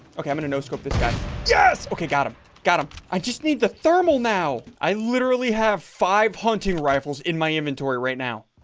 i'm gonna noscope this guy yes. okay got him got him i just need the thermal now i literally have five hunting rifles in my inventory right now